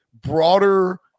broader